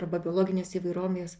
arba biologinės įvairomės